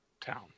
town